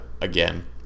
again